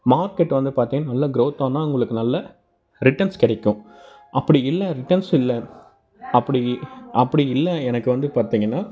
market வந்து பார்த்தீங்கன்னா நல்லா குரோத் ஆனால் உங்களுக்கு நல்ல ரிட்டர்ன்ஸ் கிடைக்கும் அப்படி இல்லை ரிட்டர்ன்ஸ் இல்லை அப்படி அப்படி இல்லை எனக்கு வந்து பார்த்தீங்கன்னா